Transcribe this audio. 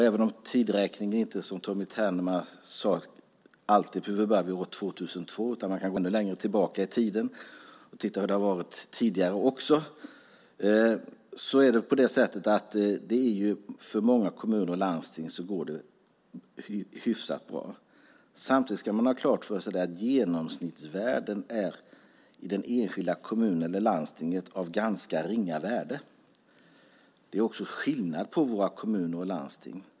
Även om tideräkningen inte är den som Tommy Ternemar sade, nämligen att allt börjar vid 2002, utan vi kan gå ännu längre tillbaka i tiden och se hur det har varit tidigare, går det för många kommuner och landsting hyfsat bra. Samtidigt ska vi ha klart för oss att genomsnittsvärden är av ganska ringa värde i den enskilda kommunen eller det enskilda landstinget. Det är också skillnad på våra kommuner och landsting.